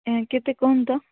କେତେ କହୁନ୍ ତ